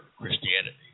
Christianity